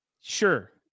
Sure